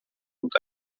und